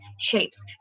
shapes